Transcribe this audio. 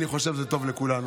אני חושב שזה טוב לכולנו.